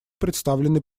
представленный